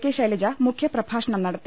K Shailaja മുഖ്യപ്രഭാഷണം നടത്തി